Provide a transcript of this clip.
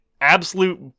absolute